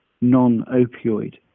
non-opioid